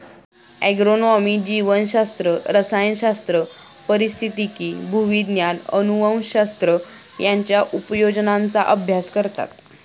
agronomy जीवशास्त्र, रसायनशास्त्र, पारिस्थितिकी, भूविज्ञान, अनुवंशशास्त्र यांच्या उपयोजनांचा अभ्यास करतात